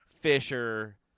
Fisher